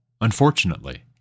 Unfortunately